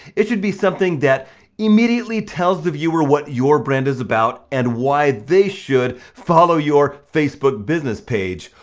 it should be something that immediately tells the viewer what your brand is about, and why they should follow your facebook business page.